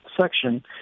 section